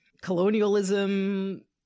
colonialism